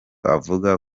avuga